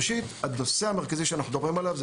ראשית, הנושא המרכזי שאנחנו מדברים עליו הוא